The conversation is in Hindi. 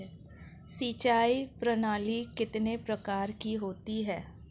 सिंचाई प्रणाली कितने प्रकार की होती है?